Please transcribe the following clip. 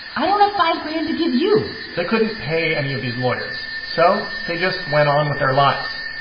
i don't have five grand to give you they couldn't pay any of these lawyers, so they just went on with their lives.